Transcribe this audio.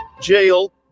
jail